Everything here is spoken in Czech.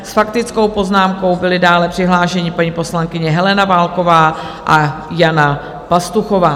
S faktickou poznámkou byli dále přihlášeny paní poslankyně Helena Válková a Jana Pastuchová.